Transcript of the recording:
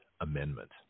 amendment